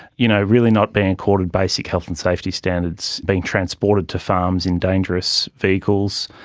you know, really not being accorded basic health and safety standards, being transported to farms in dangerous vehicles,